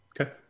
Okay